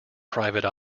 private